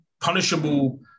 punishable